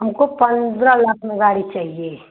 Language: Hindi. हमको पन्द्रह लाख में गाड़ी चाहिए